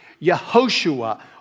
Yehoshua